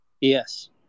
Yes